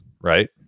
right